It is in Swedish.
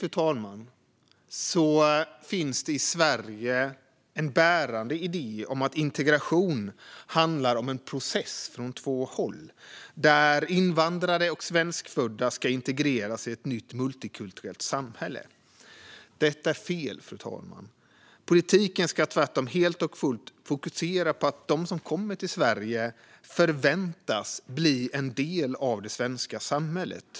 För det tredje finns det i Sverige en bärande idé om att integration handlar om en process som kommer från två håll, där invandrare och svenskfödda ska integreras i ett nytt multikulturellt samhälle. Detta är fel, fru talman. Politiken ska tvärtom helt och fullt fokusera på att de som kommer till Sverige förväntas bli en del av det svenska samhället.